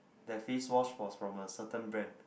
that face wash was from a certain brand